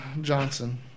Johnson